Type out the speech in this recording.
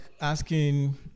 asking